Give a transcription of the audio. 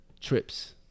trips